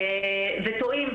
וטועים.